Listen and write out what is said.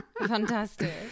fantastic